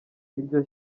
iryo